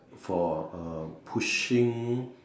for uh pushing